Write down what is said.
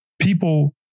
people